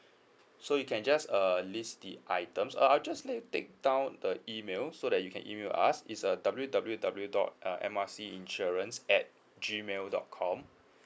so you can just err list the items uh I'll just let you take down the email so that you can email us is uh W W W dot uh M R C insurance at G mail dot com